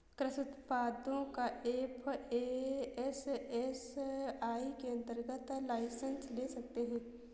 कृषि उत्पादों का एफ.ए.एस.एस.आई के अंतर्गत लाइसेंस ले सकते हैं